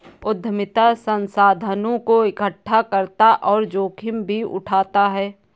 उद्यमिता संसाधनों को एकठ्ठा करता और जोखिम भी उठाता है